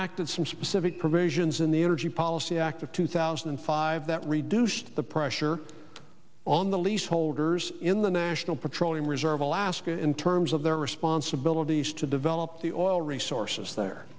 enacted some specific provisions in the energy policy act of two thousand and five that reduced the pressure on the lease holders in the national petroleum reserve alaska in terms of their responsibilities to develop the oil resources there